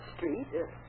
Street